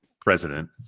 president